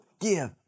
give